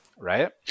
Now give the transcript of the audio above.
Right